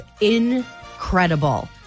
incredible